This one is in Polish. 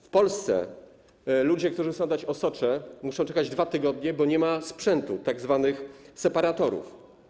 W Polsce ludzie, którzy chcą oddać osocze, muszą czekać 2 tygodnie, bo nie ma sprzętu, tzw. separatorów.